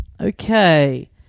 Okay